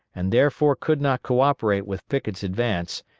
and therefore could not co-operate with pickett's advance,